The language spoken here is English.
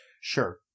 Sure